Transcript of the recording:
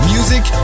Music